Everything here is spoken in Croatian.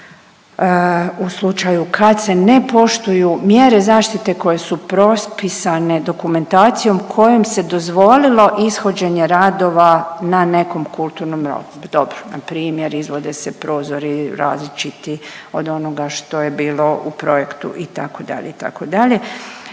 u slučaju kad se ne poštuju mjere zaštite koje su propisane dokumentacijom kojom se dozvolilo izhođenje radova na nekom kulturnom dobru, npr. izvode se prozori različiti od onoga što je bilo u projektu itd., itd.